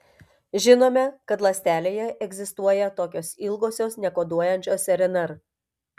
žinome kad ląstelėje egzistuoja tokios ilgosios nekoduojančios rnr